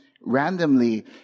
randomly